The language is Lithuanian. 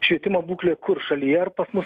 švietimo būklė kur šalyje ar pas mus